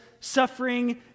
suffering